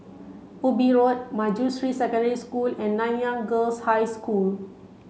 Ubi Road Manjusri Secondary School and Nanyang Girls' High School